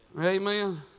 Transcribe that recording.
Amen